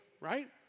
right